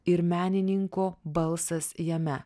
ir menininko balsas jame